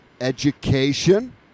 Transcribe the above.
education